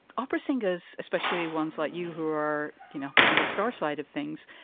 opera singers, especially ones like you who are, you know, on the star side of things.